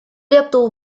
лепту